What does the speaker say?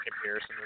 comparison